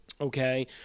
okay